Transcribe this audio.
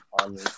on